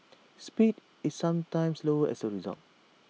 speed is sometimes slower as A result